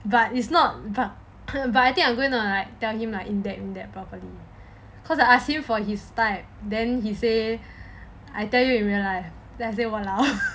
but it's not but I think I'm going to tell him lah in text because I ask him for his type then he say I tell you in real life